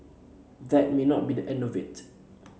that may not be the end of it